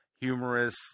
humorous